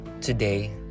today